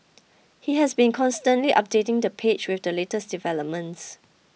he has been constantly updating the page with the latest developments